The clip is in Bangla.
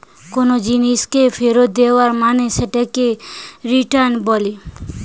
কোনো জিনিসকে ফেরত দেয়া মানে সেটাকে রিটার্ন বলেটে